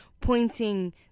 pointing